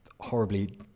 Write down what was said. horribly